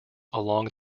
along